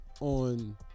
on